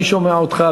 אני שומע אותך,